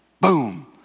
boom